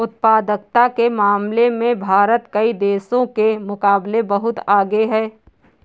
उत्पादकता के मामले में भारत कई देशों के मुकाबले बहुत आगे है